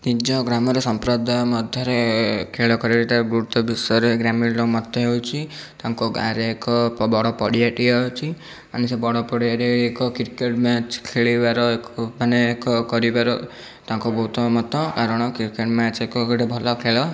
ନିଜ ଗ୍ରାମର ସମ୍ପ୍ରଦାୟ ମଧ୍ୟରେ ଖେଳ ଖେଳିବାଟା ଗୁରୁତ୍ୱ ବିଷୟରେ ଗ୍ରାମୀଣ ମତ ହେଉଛି ତାଙ୍କ ଗାଁରେ ଏକ ବଡ଼ ପଡ଼ିଆଟିଏ ଅଛି ମାନେ ସେ ବଡ଼ ପଡ଼ିଆରେ ଏକ କ୍ରିକେଟ୍ ମ୍ୟାଚ୍ ଖେଳିବାର ଏକ ମାନେ ଏକ କରିବାର ତାଙ୍କୁ ବହୁତ ମତ କାରଣ କ୍ରିକେଟ୍ ମ୍ୟାଚ୍ ଏକ ଗୋଟେ ଭଲ ଖେଳ